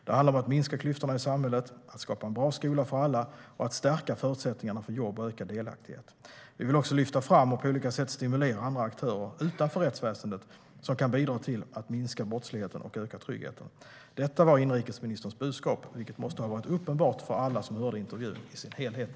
Det handlar om att minska klyftorna i samhället, att skapa en bra skola för alla och att stärka förutsättningarna för jobb och ökad delaktighet. Vi vill också lyfta fram och på olika sätt stimulera andra aktörer, utanför rättsväsendet, som kan bidra till att minska brottsligheten och öka tryggheten. Detta var inrikesministerns budskap, vilket måste ha varit uppenbart för alla som hörde intervjun i dess helhet.